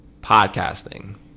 podcasting